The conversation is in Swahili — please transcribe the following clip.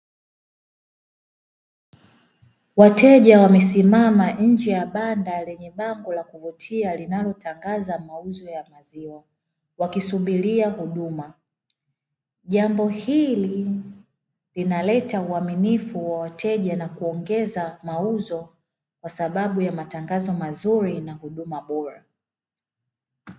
Wateja wamesimama nje ya banda lenye bang'o la kuvutia linalotangaza mauzo ya maziwa wakisubiria huduma. Jambo hili linaleta uhaminifu wa wateja na kuongeza mauzo kwa sababa ya matangazo mazuri na huduma bora.